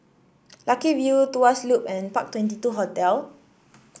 Lucky View Tuas Loop and Park Twenty two Hotel